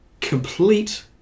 complete